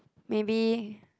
maybe